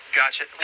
gotcha